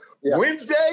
Wednesday